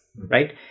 right